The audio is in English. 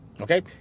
Okay